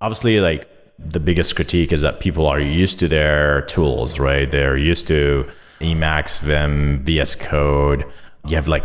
obviously, like the biggest critique is that people are used to their tools, right? they're used to emacs, then vscode. you have like